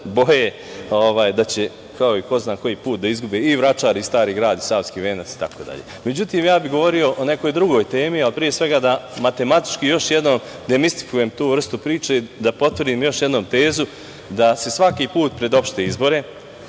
da će, kao i ko zna koji put, da izgube i Vračar i Stari Grad i Savki Venac itd.Međutim, ja bih govorio o nekoj drugoj temi, ali pre svega da matematički još jednom demistifikujem tu vrstu priče, da potvrdim još jednom tezu da se svaki put pred opšte izbore,